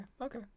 Okay